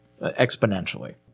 Exponentially